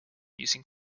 using